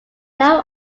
now